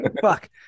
Fuck